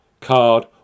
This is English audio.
card